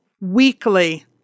weekly